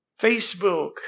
Facebook